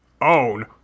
Own